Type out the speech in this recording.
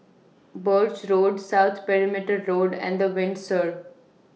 Birch Road South Perimeter Road and The Windsor